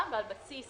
ועל בסיס